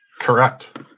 Correct